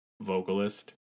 vocalist